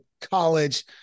college